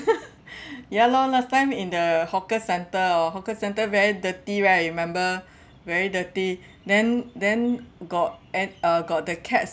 ya lor last time in the hawker centre hor hawker centre very dirty right I remember very dirty then then got an~ uh got the cats